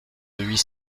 huit